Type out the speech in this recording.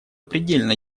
предельно